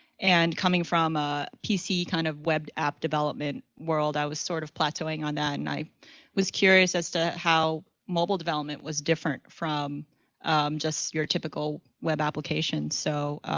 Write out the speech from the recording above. and coming from a pc kind of web app development world, i was sort of plateauing on that and i was curious as to how mobile development was different from just your typical web applications. so,